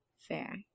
Fair